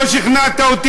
לא שכנעת אותי,